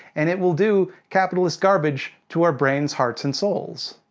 and it will do capitalist garbage to our brains, hearts and souls.